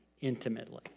intimately